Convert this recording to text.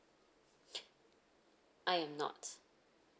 I am not